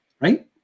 right